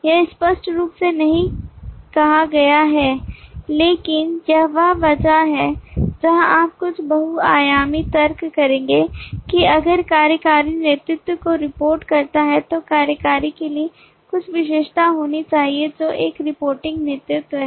यह स्पष्ट रूप से नहीं कहा गया है लेकिन यह वह जगह है जहां आप कुछ बहुआयामी तर्क करेंगे कि अगर कार्यकारी नेतृत्व को रिपोर्ट करता है तो कार्यकारी के लिए कुछ विशेषता होनी चाहिए जो एक रिपोर्टिंग नेतृत्व है